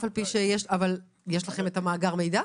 יש לכם את מאגר המידע?